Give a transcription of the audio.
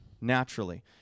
naturally